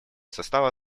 состава